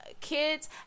kids